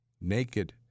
Naked